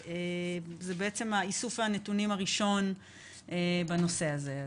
זה איסוף הנתונים הראשון בנושא הזה.